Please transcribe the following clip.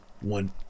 one